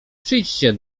przyjdźcie